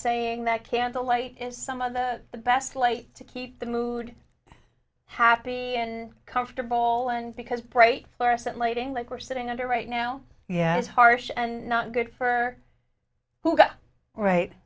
saying that candle light is some of the best light to keep the mood happy and comfortable and because bright fluorescent lighting like we're sitting under right now yeah it's harsh and not good for who got right